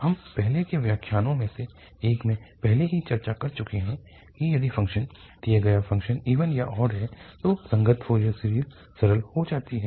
हम पहले के व्याख्यानों में से एक में पहले ही चर्चा कर चुके हैं कि यदि फ़ंक्शन दिया गया फ़ंक्शन इवन या ऑड है तो संगत फोरियर सीरीज़ सरल हो जाती है